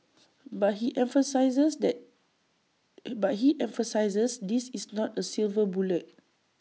but he emphasises that but he emphasises this is not A silver bullet